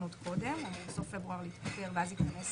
עוד קודם אבל בסוף פברואר יתפטר ואז ייכנס